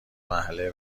مرحله